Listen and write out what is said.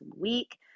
week